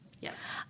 Yes